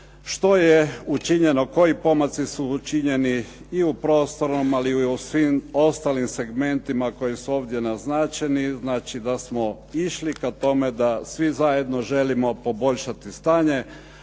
što je učinjeno, koji su pomaci su učinjeni i u prostornom, ali i u svim ostalim segmentima koji su ovdje naznačeni. Znači, da smo išli ka tome da svi zajedno želimo poboljšati stanje,